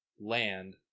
land